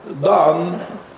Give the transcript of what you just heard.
done